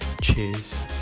cheers